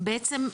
ובעצם,